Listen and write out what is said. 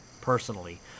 personally